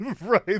right